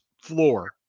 floor